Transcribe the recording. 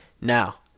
Now